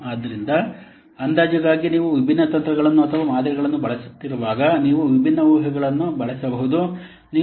ಆದ್ದರಿಂದ ಅಂದಾಜುಗಾಗಿ ನೀವು ವಿಭಿನ್ನ ತಂತ್ರಗಳನ್ನು ಅಥವಾ ಮಾದರಿಗಳನ್ನು ಬಳಸುತ್ತಿರುವಾಗ ನೀವು ವಿಭಿನ್ನ ಊಹೆಗಳನ್ನು ಬಳಸಬಹುದು